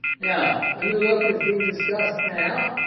now the new look is being discussed now,